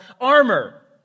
armor